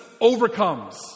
overcomes